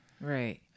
right